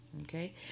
Okay